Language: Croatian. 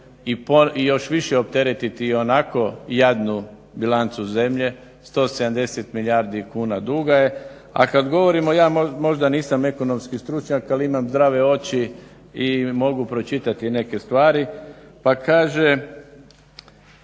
i još više opteretiti i onako jadnu bilancu zemlje 170 milijardi kuna duga je, a kada govorimo ja možda nisam ekonomski stručnjak ali imam zdrave oči i mogu pročitati neke stvari pa kaže